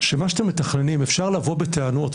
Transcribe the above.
שמה שאתם מתכננים אפשר לבוא בטענות,